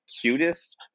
cutest